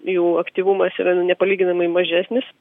jų aktyvumas yra nepalyginamai mažesnis